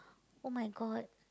!oh-my-God!